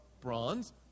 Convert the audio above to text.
bronze